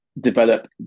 develop